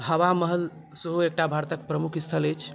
हवामहल सेहो एकटा भारतक प्रमुख स्थल अछि